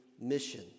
mission